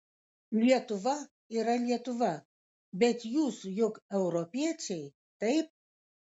lietuva yra lietuva bet jūs juk europiečiai taip